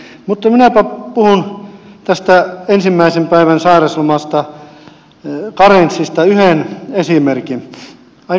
mutta minäpä puhun tästä ensimmäisen päivän sairauslomasta tuon karenssista yhden esimerkin